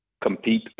compete